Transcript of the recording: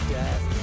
death